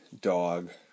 dog